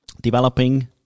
developing